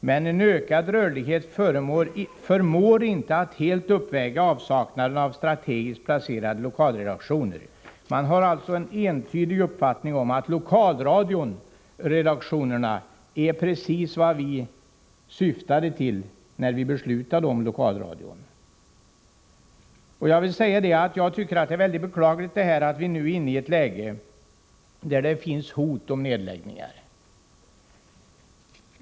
”Men en ökad rörlighet förmår inte att helt uppväga avsaknaden av strategiskt placerade lokalredaktioner.” Man har alltså en entydig uppfattning att lokalradioredaktionerna är precis vad vi syftade till när vi fattade beslut om lokalradion. Jag tycker att det är mycket beklagligt att vi nu är i ett läge med hot om nedläggningar.